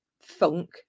funk